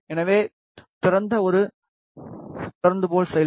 எனவே திறந்த ஒரு திறந்த போல செயல்படும்